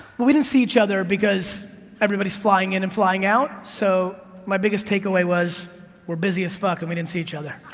we didn't see each other because everybody is flying in and flying out. so, my biggest takeaway was we're busy as fuck and we didn't see each other.